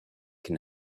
can